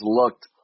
looked